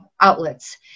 outlets